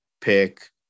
pick